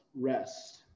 rest